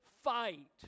fight